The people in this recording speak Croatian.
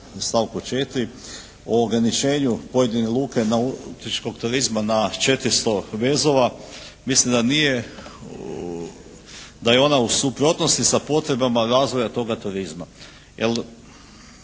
stavku 4. o ograničenju pojedine luke nautičkog turizma na 400 vezova, mislim da nije, da je ona u suprotnosti sa potrebama razvoja toga turizma.